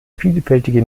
vielfältige